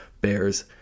bears